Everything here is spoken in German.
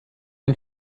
man